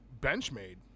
Benchmade